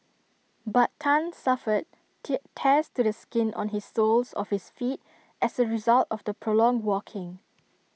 but Tan suffered tear tears to the skin on his soles of his feet as A result of the prolonged walking